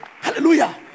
hallelujah